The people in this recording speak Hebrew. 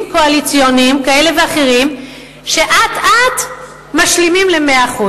קואליציוניים כאלה ואחרים שאט אט משלימים ל-100%.